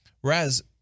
Whereas